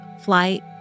flight